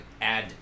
add